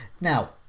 now